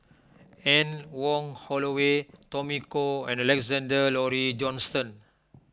Anne Wong Holloway Tommy Koh and Alexander Laurie Johnston